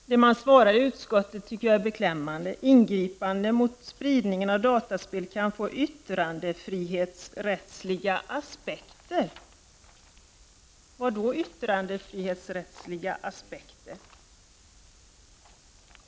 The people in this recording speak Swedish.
Utskottets svar i betänkandet är beklämmande, nämligen att ”ingripanden mot spridningen av dataspel kan få yttrandefrihetsrättsliga aspekter”. Vad menas med ”yttrandefrihetsrättsliga aspekter”?